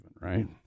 right